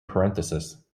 parentheses